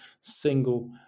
single